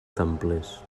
templers